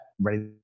ready